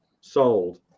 sold